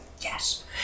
yes